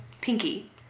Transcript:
pinky